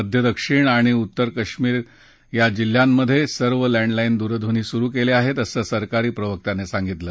मध्य दक्षिण आणि उत्तर कश्मीर जिल्ह्यांमधे सर्व लँडलाईन दूरध्वनी सुरु केले आहेत असं सरकारी प्रवक्त्यानं सांगितलं